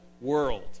world